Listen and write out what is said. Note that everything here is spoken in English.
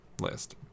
list